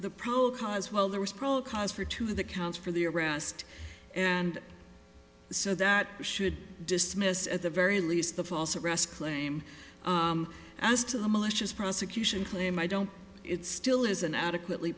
as well there was probable cause for two that counts for the arrest and said that we should dismiss at the very least the false arrest claim as to the malicious prosecution claim i don't it still isn't adequately